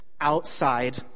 outside